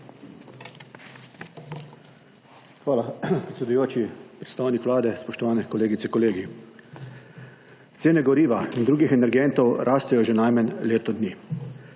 Hvala predsedujoči. Predstavnik Vlade, spoštovani kolegice, kolegi! Cene goriva in drugih energentov rastejo že najmanj leto dni.